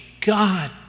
God